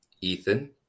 Ethan